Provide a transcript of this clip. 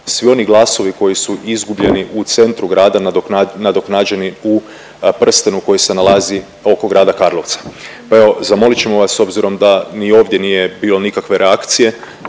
svi oni glasovi koji su izgubljeni u centru grada nadoknađeni u prstenu koji se nalazi oko grada Karlovca. Pa evo zamolit ćemo vas s obzirom da ni ovdje nije bilo nikakve reakcije